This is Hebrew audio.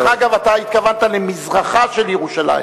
דרך אגב, אתה התכוונת למזרחה של ירושלים,